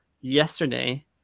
yesterday